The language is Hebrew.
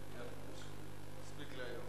לפיכך אני קובע שההצעות לסדר-היום